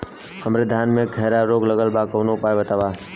हमरे धान में खैरा रोग लगल बा कवनो उपाय बतावा?